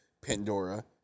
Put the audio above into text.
Pandora